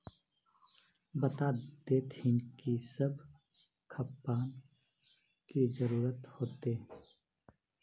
बता देतहिन की सब खापान की जरूरत होते?